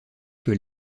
que